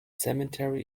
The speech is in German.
cemetery